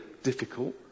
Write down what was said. Difficult